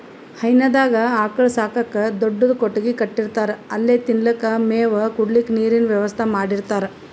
ಹೈನಾದಾಗ್ ಆಕಳ್ ಸಾಕಕ್ಕ್ ದೊಡ್ಡದ್ ಕೊಟ್ಟಗಿ ಕಟ್ಟಿರ್ತಾರ್ ಅಲ್ಲೆ ತಿನಲಕ್ಕ್ ಮೇವ್, ಕುಡ್ಲಿಕ್ಕ್ ನೀರಿನ್ ವ್ಯವಸ್ಥಾ ಮಾಡಿರ್ತಾರ್